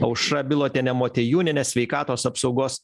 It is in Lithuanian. aušra bilotienė motiejūnienė sveikatos apsaugos